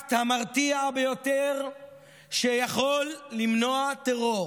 האקט המרתיע ביותר שיכול למנוע טרור,